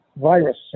virus